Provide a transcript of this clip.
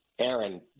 Aaron